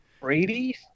Brady